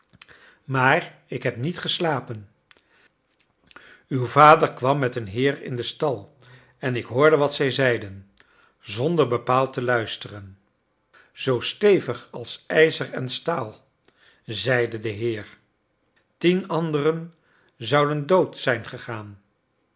maar ik heb niet geslapen uw vader kwam met een heer in den stal en ik hoorde wat zij zeiden zonder bepaald te luisteren zoo stevig als ijzer en staal zeide de heer tien anderen zouden dood zijn gegaan